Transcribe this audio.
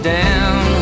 down